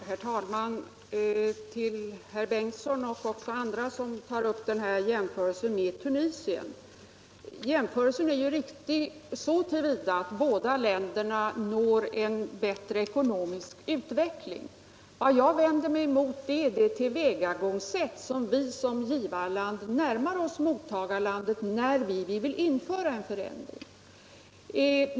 Herr talman! Till herr förste vice talmannen Bengtson och andra som tagit upp jämförelsen med Tunisien vill jag säga att den är riktig så till vida att båda länderna är på väg att uppnå en bättre ekonomisk standard. Vad jag vänder mig cmot är skillnaden i tillvägagångssätt när vi som givarland närmar oss ett mottagarland för att få till stånd en förändring.